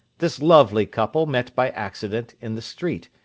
this lovely couple met by accident in the street,